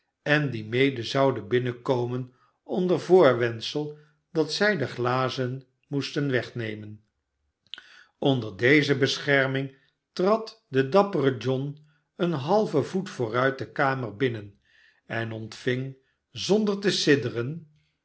en die mede zouden binnenkomen onder voorwendsel dat zij de glazen moesten wegnemen voorh de i ze bescherrnin s trad de dappere john een halven voet uuruit ae kamer binnen en ontving zonder te sidderen